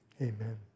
Amen